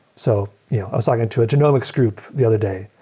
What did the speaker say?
so yeah i was talking to a genomics group the other day.